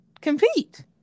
compete